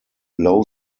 low